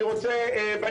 אני